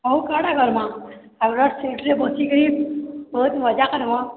ଆଉ କ'ଣ କର୍ବା ଆଗ ସିଟ୍ରେ ବସିକି ବହୁତ ମଜା କର୍ମ